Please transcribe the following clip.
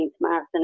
marathon